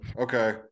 okay